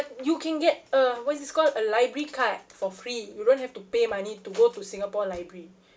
you can get a what's this called a library card for free you don't have to pay money to go to singapore library